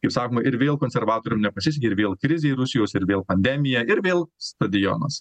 kaip sakoma ir vėl konservatoriam nepasisekė ir vėl krizė rusijos ir vėl pandemija ir vėl stadionas